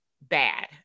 bad